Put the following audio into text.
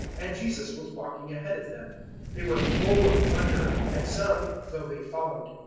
and jesus was walking ahead of them they were full of wonder, and some, though they followed,